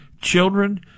Children